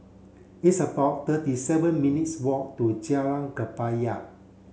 it's about thirty seven minutes' walk to Jalan Kebaya